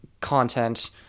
content